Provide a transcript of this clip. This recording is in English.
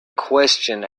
question